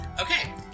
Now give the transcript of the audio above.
Okay